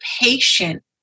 patient